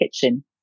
Kitchen